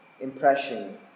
impression